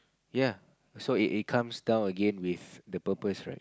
ya so it it comes down again with the purpose right